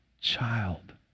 child